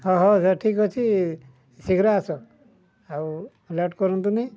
ହଁ ହଉ ସାର୍ ଠିକ୍ ଅଛି ଶୀଘ୍ର ଆସ ଆଉ ଲେଟ୍ କରନ୍ତୁନି